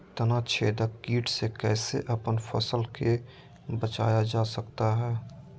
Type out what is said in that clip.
तनाछेदक किट से कैसे अपन फसल के बचाया जा सकता हैं?